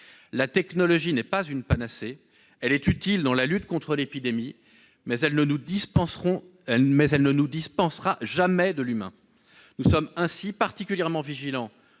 La technologie n'est pas une panacée : elle est utile dans la lutte contre l'épidémie, mais elle ne nous dispensera jamais de l'humain. Nous sommes ainsi particulièrement vigilants